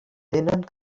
tenen